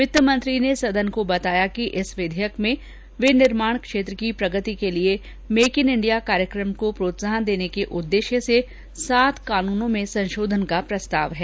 वित्तमंत्री ने सदन को बताया कि इस विधेयक में विंनिर्माण क्षेत्र की प्रगति के लिए मेक इन इंडिया कार्यक्रम को प्रोत्साहन देने के उद्देश्य से सात कानूनों में संशोधन का प्रस्ताव है